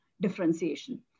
differentiation